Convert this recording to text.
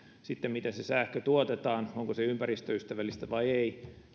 sitten miten se sähkö tuotetaan onko se ympäristöystävällistä vai ei